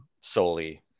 solely